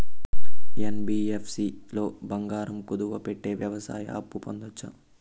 NBFC లో బంగారం కుదువు పెట్టి వ్యవసాయ అప్పు పొందొచ్చా?